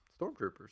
stormtroopers